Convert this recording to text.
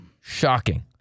Shocking